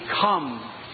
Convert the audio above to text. come